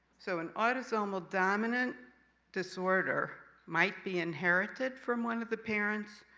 so, an autosomal dominant disorder might be inherited from one of the parents,